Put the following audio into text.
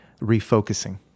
refocusing